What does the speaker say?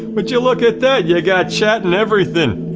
but you you look at that? you got chat and everything.